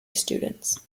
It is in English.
students